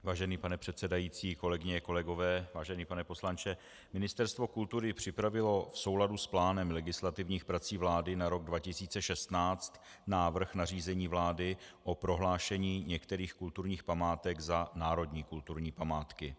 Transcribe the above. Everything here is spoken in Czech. Vážený pane předsedající, kolegyně, kolegové, vážený pane poslanče, Ministerstvo kultury připravilo v souladu s plánem legislativních prací vlády na rok 2016 návrh nařízení vlády o prohlášení některých kulturních památek za národní kulturní památky.